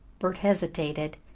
bert hesitated,